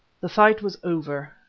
the fight was over.